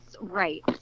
right